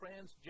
transgender